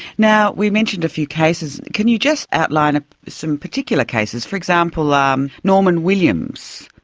now, we mentioned a few cases. can you just outline ah some particular cases, for example um norman williams?